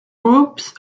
groups